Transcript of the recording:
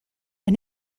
and